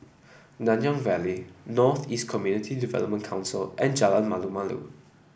Nanyang Valley North East Community Development Council and Jalan Malu Malu